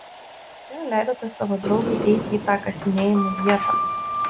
kodėl leidote savo draugei eiti į tą kasinėjimų vietą